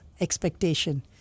expectation